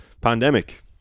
pandemic